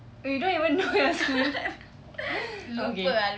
oh you don't even know your school okay